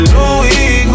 Louis